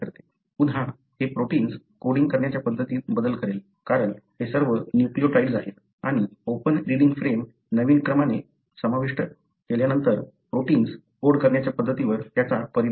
पुन्हा हे proteins coding करण्याच्या पद्धतीत बदल करेल कारण हे सर्व न्यूक्लियोटाइड्स आहेत आणि ओपन रीडिंग फ्रेम नवीन क्रमाने समाविष्ट नंतर प्रोटिन्स कोड करण्याच्या पद्धतीवर त्याचा परिणाम होणार आहे